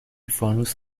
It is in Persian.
فانوس